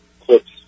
clips